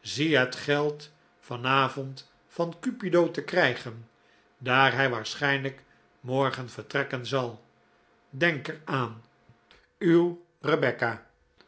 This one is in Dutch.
zie het geld van avond van cupido te krijgen daar hij waarschijnlijk morgen vertrekken zal denk er aan r